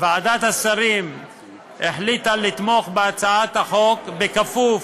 ועדת השרים החליטה לתמוך בהצעת החוק בכפוף